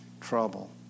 trouble